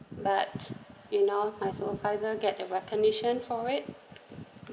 but you know my supervisor get a recognition for it